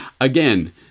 Again